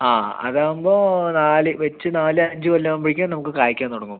ആ അത് ആവുമ്പോൾ നാല് വച്ച് നാല് അഞ്ച് കൊല്ലം ആവുമ്പോഴേക്ക് നമുക്ക് കായ്ക്കാൻ തുടങ്ങും